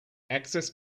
access